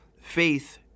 faith